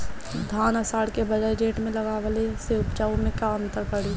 धान आषाढ़ के बजाय जेठ में लगावले से उपज में का अन्तर पड़ी?